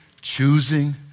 choosing